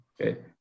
Okay